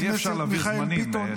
אי-אפשר להעביר זמנים.